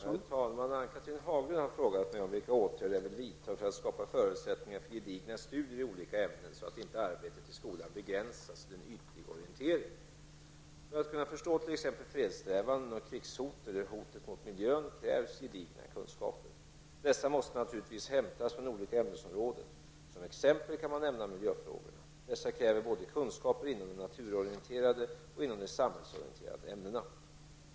Herr talman! Ann-Cathrine Haglund har frågat mig vilka åtgärder jag vill vidta för att skapa förutsättningar för gedigna studier i olika ämnen så att inte arbetet i skolan begränsas till en ytlig orientering. För att kunna förstå t.ex. fredssträvanden och krigshot eller hot mot miljön krävs gedigna kunskaper. Dessa måste naturligtvis hämtas från olika ämnesområden. Som exempel kan man nämna miljöfrågorna. Dessa kräver både kunskaper inom de naturorienterande och inom de samhällsorienterande ämnena.